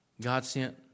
God-sent